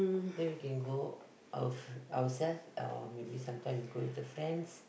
then we can go of ourselves or maybe sometimes we go with the fans